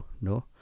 No